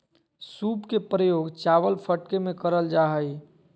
सूप के प्रयोग चावल फटके में करल जा हइ